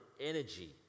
energy